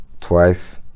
twice